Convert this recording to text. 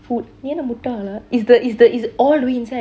fool நீ என்ன முட்டாளா:nee enna muttaalaa is the is the all the way inside